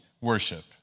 worship